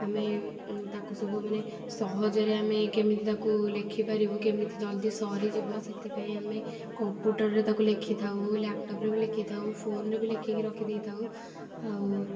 ଆମେ ତାକୁ ସବୁ ମାନେ ସହଜରେ ଆମେ କେମିତି ତାକୁ ଲେଖି ପାରିବୁ କେମିତି ଜଲଦି ସରିଯିବ ସେଥିପାଇଁ ଆମେ କମ୍ପ୍ୟୁଟରରେ ବି ତାକୁ ଲେଖିଥାଉ ଲ୍ୟାପଟପରେ ବି ଲେଖିଥାଉ ଫୋନରେ ବି ଲେଖିକି ରଖି ଦେଇଥାଉ ଆଉ